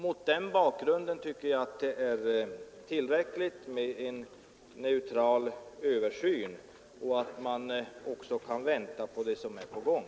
Mot den bakgrunden tycker jag att det är tillräckligt med en neutral översyn och att man också kan vänta på det som är på gång.